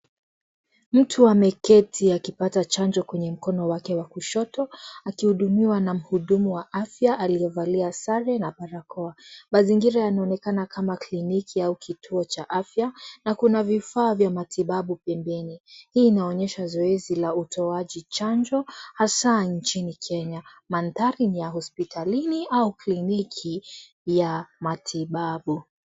Mtu ameketi akipata chanjo kwenye mkono wake wa kushoto, akihudumiwa na muhudumu wa afya aliye vaa sare na barakoa, mazingira yanaonekana kama kliniki au kituo cha afya, na kuna vifaa vya matibabu pembeni, hii inaonyesha zoezi la utoaji chanjo, hasaa nchini Kenya, manthari ni hospitali au kliniki ya, matibabu.